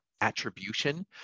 attribution